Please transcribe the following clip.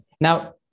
Now